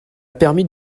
permis